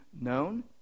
known